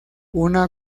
una